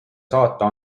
saata